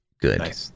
good